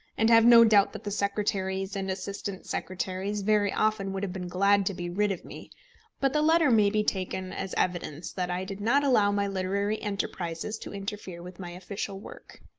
and have no doubt that the secretaries and assistant-secretaries very often would have been glad to be rid of me but the letter may be taken as evidence that i did not allow my literary enterprises to interfere with my official work.